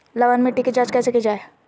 लवन मिट्टी की जच कैसे की जय है?